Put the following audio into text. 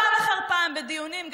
פעם אחר פעם בדיונים,